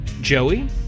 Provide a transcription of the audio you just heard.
Joey